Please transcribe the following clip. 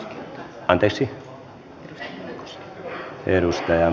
arvoisa puhemies